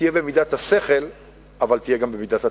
תהיה במידת השכל אבל תהיה גם במידת הצדק.